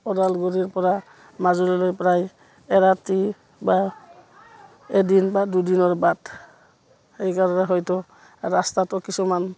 ওদালগুৰিৰপৰা মাজুললৈ প্ৰায় এৰাতি বা এদিন বা দুদিনৰ বাট সেইকাৰণে হয়তো ৰাস্তাটো কিছুমান